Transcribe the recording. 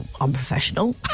unprofessional